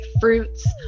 fruits